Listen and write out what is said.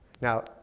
Now